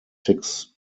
six